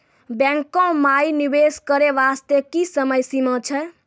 बैंको माई निवेश करे बास्ते की समय सीमा छै?